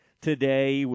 today